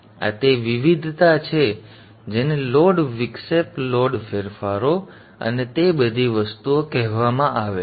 આ તે વિવિધતા છે જેને લોડ વિક્ષેપ લોડ ફેરફારો અને તે બધી વસ્તુઓ કહેવામાં આવે છે